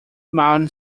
mountain